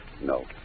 No